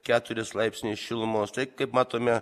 keturis laipsnius šilumos tai kaip matome